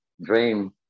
dream